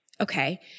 Okay